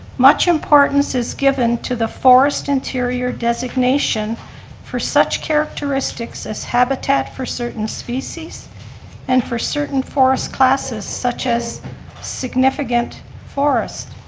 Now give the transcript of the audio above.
much importance is given to the forest interior designation for such characteristics as habitat for certain species and for certain forest classes such as significant forest.